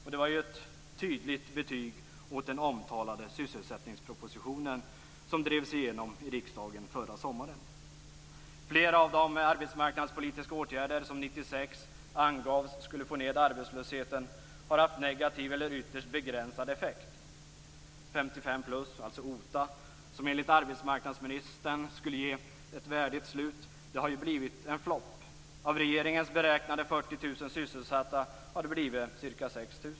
Detta var ett tydligt betyg på den omtalade sysselsättningsproposition som drevs igenom i riksdagen förra sommaren. 1996 angavs skulle få ned arbetslösheten har haft negativ eller ytterst begränsad effekt. 55-plus, dvs. "ett värdigt slut" har blivit en flopp. Av regeringens beräknade 40 000 sysselsatta har det blivit ca 6 000.